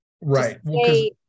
Right